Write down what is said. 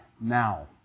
now